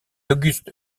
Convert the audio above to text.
auguste